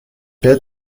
بهت